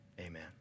amen